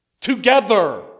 together